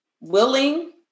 willing